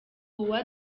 uwa